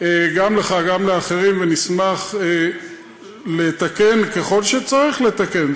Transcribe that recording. גם לך, גם לאחרים, ונשמח לתקן, ככל שצריך לתקן.